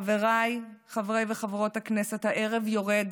חבריי חברי וחברות הכנסת, הערב יורד,